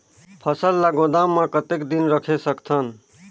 फसल ला गोदाम मां कतेक दिन रखे सकथन?